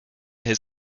his